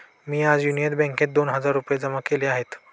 मी आज युनियन बँकेत दोन हजार रुपये जमा केले आहेत